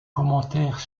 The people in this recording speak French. commentaires